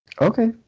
Okay